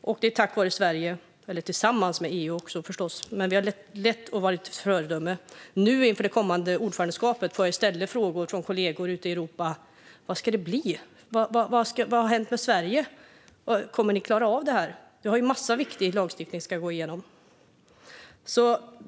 Och det är tack vare Sverige, tillsammans med EU förstås. Men vi har lett och varit ett föredöme. Inför det kommande ordförandeskapet i EU får jag i stället frågor från kollegor ute i Europa. Vad har hänt med Sverige? Kommer ni att klara av detta? Det finns massor med viktig lagstiftning som ska gå igenom.